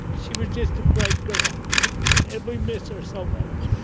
she was just a great girl and we miss her so much.